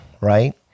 right